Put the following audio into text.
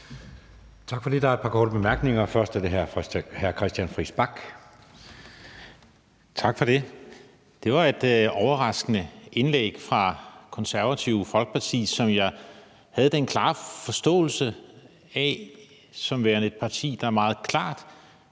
Tak for det. Der er et par korte bemærkninger. Først er det fra hr. Christian Friis Bach. Kl. 22:08 Christian Friis Bach (RV): Tak for det. Det var et overraskende indlæg fra Det Konservative Folkeparti, som jeg havde den klare forståelse af som værende et parti, der meget klart